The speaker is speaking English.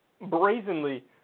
brazenly